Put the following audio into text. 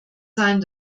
sein